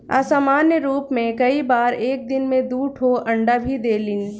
असामान्य रूप में कई बार एक दिन में दू ठो अंडा भी देलिन